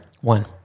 One